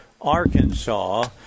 Arkansas